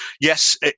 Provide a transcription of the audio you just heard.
Yes